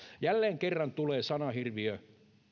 jälleen kerran tulee sanahirviö